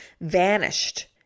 vanished